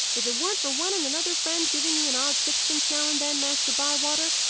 if it weren't for one and another friend giving me an odd sixpence now and then, master bywater,